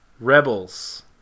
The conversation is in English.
Rebels